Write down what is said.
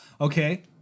okay